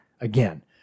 Again